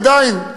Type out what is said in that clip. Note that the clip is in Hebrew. עדיין,